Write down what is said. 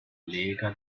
lega